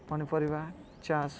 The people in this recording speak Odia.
ପନିପରିବା ଚାଷ୍